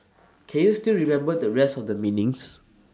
can you still remember the rest of the meanings